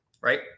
right